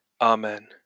Amen